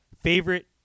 favorite